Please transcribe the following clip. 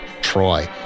Troy